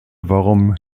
warum